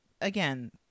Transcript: again